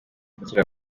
gukira